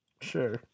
sure